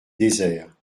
désert